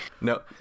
No